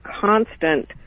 constant